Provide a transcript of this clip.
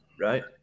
right